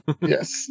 Yes